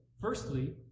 firstly